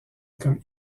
comme